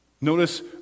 Notice